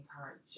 encourage